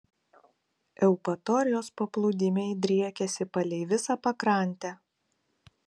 eupatorijos paplūdimiai driekiasi palei visą pakrantę